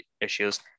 issues